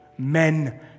Men